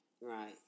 right